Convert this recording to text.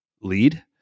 lead